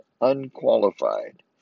unqualified